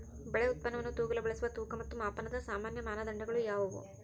ಬೆಳೆ ಉತ್ಪನ್ನವನ್ನು ತೂಗಲು ಬಳಸುವ ತೂಕ ಮತ್ತು ಮಾಪನದ ಸಾಮಾನ್ಯ ಮಾನದಂಡಗಳು ಯಾವುವು?